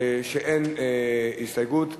שאין לו הסתייגות.